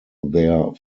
their